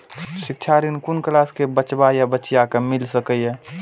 शिक्षा ऋण कुन क्लास कै बचवा या बचिया कै मिल सके यै?